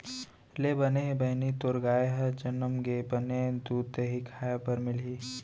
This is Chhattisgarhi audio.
ले बने हे बहिनी तोर गाय ह जनम गे, बने दूद, दही खाय बर मिलही